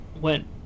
went